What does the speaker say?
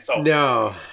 No